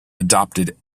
adopted